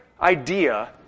idea